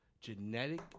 genetic